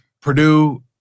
Purdue